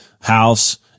house